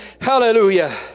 Hallelujah